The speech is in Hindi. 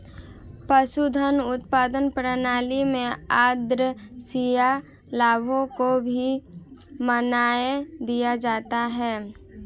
पशुधन उत्पादन प्रणाली में आद्रशिया लाभों को भी मायने दिया जाता है